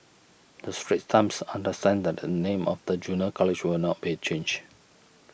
the Straits Times understands that the name of the Junior College will not be changed